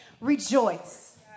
rejoice